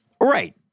Right